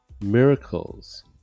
miracles